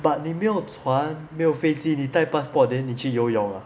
but 你没有船没有飞机你带 passport then 你去游泳 ah